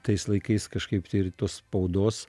tais laikais kažkaip tai ir tos spaudos